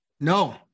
no